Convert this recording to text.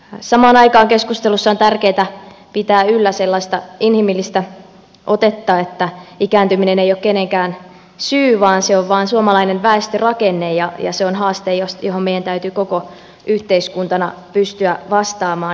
samaan aikaan keskustelussa on tärkeätä pitää yllä sellaista inhimillistä otetta että ikääntyminen ei ole kenenkään syy vaan se on vain suomalainen väestörakenne ja se on haaste johon meidän täytyy koko yhteiskuntana pystyä vastaamaan